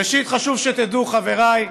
ראשית, חשוב שתדעו, חבריי,